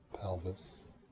pelvis